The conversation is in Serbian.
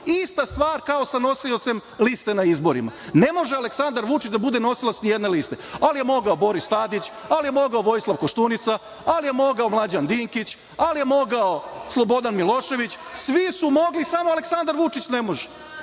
ista stvar kao sa nosiocem liste na izborima. Ne može Aleksandar Vučić da bude nosilac nijedne liste, ali je mogao Boris Tadić, ali je mogao Vojislav Koštunica, ali je moga Mlađan Dinkić, ali je mogao Slobodan Milošević, svi su mogli samo Aleksandar Vučić ne može.